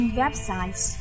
websites